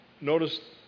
Notice